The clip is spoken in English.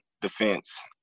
defense